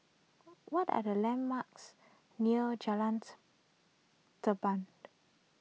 what are the landmarks near Jalan Tampang